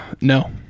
No